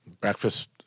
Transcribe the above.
Breakfast